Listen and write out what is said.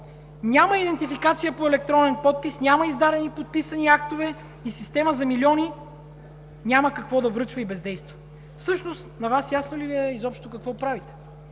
Няма идентификация по електронен подпис, няма издадени и подписани актове и система за милиони няма какво да връчва и бездейства. Всъщност на Вас ясно ли Ви е въобще какво правите?!